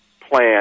plan